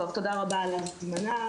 תודה רבה על ההזמנה.